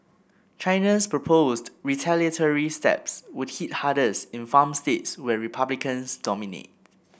China's proposed retaliatory steps would hit hardest in farm states where Republicans dominate